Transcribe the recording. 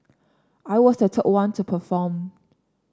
I was the third one to perform